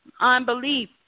unbelief